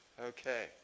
Okay